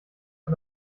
von